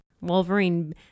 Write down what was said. Wolverine